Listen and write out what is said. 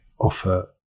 offer